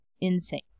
insane